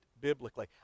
biblically